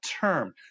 term